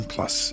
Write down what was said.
Plus